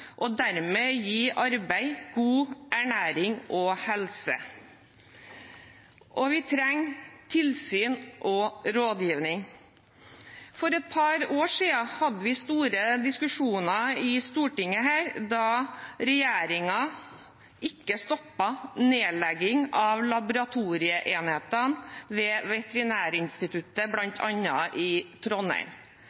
og dermed gi arbeid, god ernæring og god helse. Vi trenger også tilsyn og rådgivning. For et par år siden hadde vi store diskusjoner i Stortinget da regjeringen ikke stoppet nedleggingen av laboratorieenhetene ved Veterinærinstituttet,